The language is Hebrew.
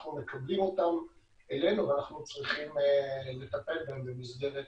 אנחנו מקבלים אותם אלינו ואנחנו צריכים לטפל בהם במסגרת